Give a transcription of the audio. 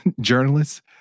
journalists